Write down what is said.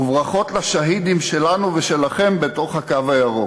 וברכות לשהידים שלנו ושלכם בתוך הקו הירוק".